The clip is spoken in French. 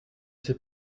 sais